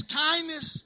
kindness